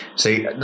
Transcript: See